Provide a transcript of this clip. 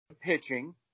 pitching